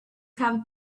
have